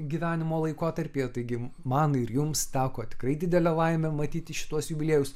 gyvenimo laikotarpyje taigi man ir jums teko tikrai didelė laimė matyti šituos jubiliejus